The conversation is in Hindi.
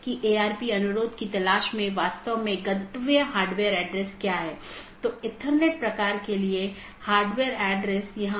दूसरे अर्थ में जब मैं BGP डिवाइस को कॉन्फ़िगर कर रहा हूं मैं उस पॉलिसी को BGP में एम्बेड कर रहा हूं